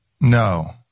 No